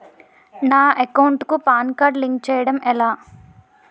నా అకౌంట్ కు PAN card link చేయడం ఎలా?